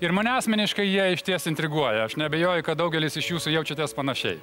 ir mane asmeniškai jie išties intriguoja aš neabejoju kad daugelis iš jūsų jaučiatės panašiai